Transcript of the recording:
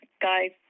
guys